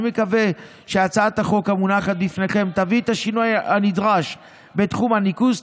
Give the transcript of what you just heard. אני מקווה שהצעת החוק המונחת בפניכם תביא את השינוי הנדרש בתחום הניקוז,